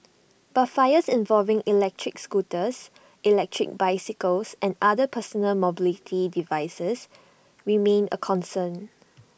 but fires involving electric scooters electric bicycles and other personal mobility devices remain A concern